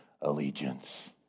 allegiance